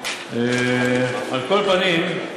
על כל פנים,